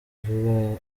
vuba